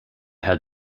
had